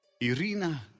Irina